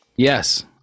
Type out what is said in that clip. Yes